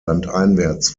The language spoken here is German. landeinwärts